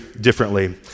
differently